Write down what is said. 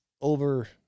over